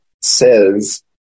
says